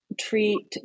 treat